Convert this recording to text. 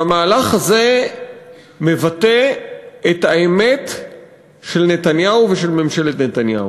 והמהלך הזה מבטא את האמת של נתניהו ושל ממשלת נתניהו.